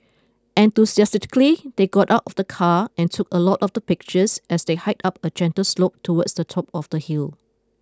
enthusiastically they got out of the car and took a lot of the pictures as they hiked up a gentle slope towards the top of the hill